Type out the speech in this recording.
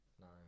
nine